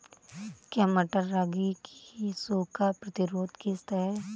क्या मटर रागी की सूखा प्रतिरोध किश्त है?